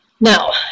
Now